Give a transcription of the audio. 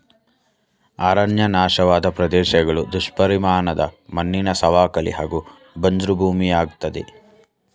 ಅರಣ್ಯ ನಾಶವಾದ್ ಪ್ರದೇಶ್ಗಳು ದುಷ್ಪರಿಣಾಮದ್ ಮಣ್ಣಿನ ಸವಕಳಿ ಹಾಗೂ ಬಂಜ್ರು ಭೂಮಿಯಾಗ್ತದೆ